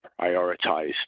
prioritized